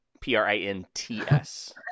P-R-I-N-T-S